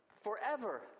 forever